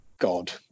god